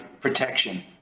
protection